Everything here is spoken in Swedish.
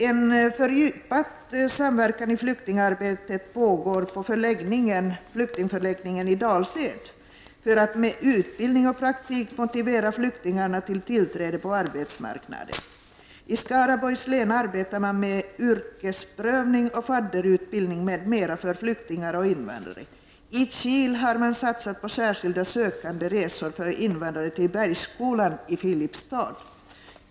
En fördjupad samverkan i flyktingarbetet förekommer på flyktingförläggningen i Dals-Ed för att man med utbildning och praktik skall kunna motivera flyktingarna till inträde på arbetsmarknaden. I Skaraborgs län arbetar man med yrkesprövning, fadderutbildning m.m, för flyktingar och invandrare. I Kil har man för invandrare satsat på särskilda arbetssökanderesor till Bergsskolan i Filipstad.